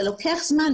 זה לוקח זמן,